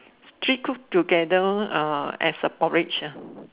three cook together uh as a porridge ah